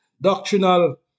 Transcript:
doctrinal